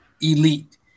elite